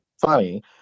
funny